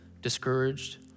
discouraged